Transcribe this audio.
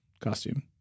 Costume